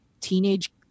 teenage